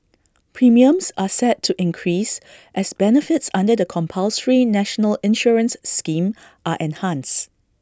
premiums are set to increase as benefits under the compulsory national insurance scheme are enhanced